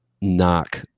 knock